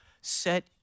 set